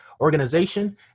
organization